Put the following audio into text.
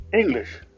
English